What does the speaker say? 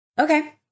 okay